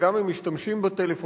וגם אם משתמשים בטלפון,